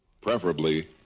preferably